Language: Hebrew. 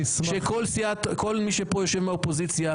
אני שמח לראות שכל מי שיושב פה מהאופוזיציה,